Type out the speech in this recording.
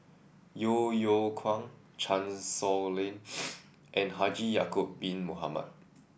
Yeo Yeow Kwang Chan Sow Lin and Haji Ya'acob Bin Mohamed